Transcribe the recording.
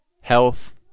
health